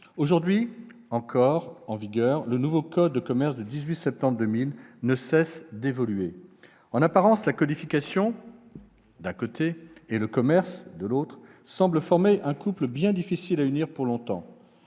Aujourd'hui toujours en vigueur, le nouveau code de commerce du 18 septembre 2000 ne cesse d'évoluer. En apparence, la codification et le commerce semblent former un couple bien difficile à unir pour longtemps